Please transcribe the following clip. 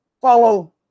follow